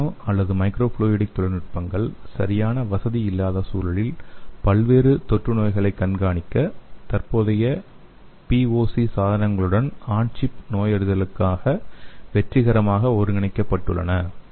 இந்த நானோ அல்லது micro fluidic தொழில்நுட்பங்கள் சரியான வசதி இல்லாத சூழலில் பல்வேறு தொற்று நோய்களைக் கண்காணிக்க தற்போதைய பிஓசி சாதனங்களுடன் ஆன் சிப் நோயறிதலுக்காக வெற்றிகரமாக ஒருங்கிணைக்கப்பட்டுள்ளன